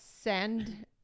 Send